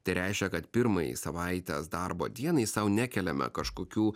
tai reiškia kad pirmajai savaitės darbo dienai sau nekeliame kažkokių